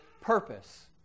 purpose